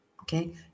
Okay